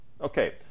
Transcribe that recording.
Okay